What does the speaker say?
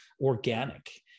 organic